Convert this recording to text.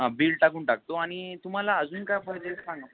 हा बिल टाकून टाकतो आणि तुम्हाला अजून काय पाहिजे सांगा